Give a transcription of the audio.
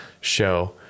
show